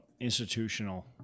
institutional